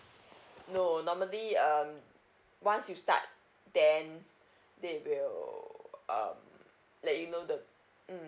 no normally um once you start then they will um let you know the mm